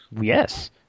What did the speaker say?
Yes